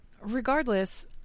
Regardless